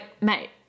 mate